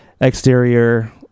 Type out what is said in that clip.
exterior